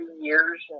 years